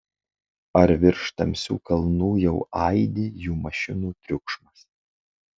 ar virš tamsių kalnų jau aidi jų mašinų triukšmas